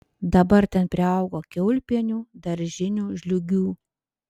dabar ten priaugo kiaulpienių daržinių žliūgių